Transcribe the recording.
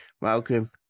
Welcome